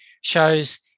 shows